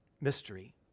mystery